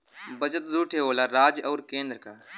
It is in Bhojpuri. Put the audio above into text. बजट दू ठे होला राज्य क आउर केन्द्र क